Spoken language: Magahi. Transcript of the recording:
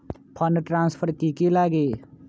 फंड ट्रांसफर कि की लगी?